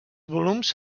volums